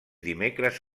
dimecres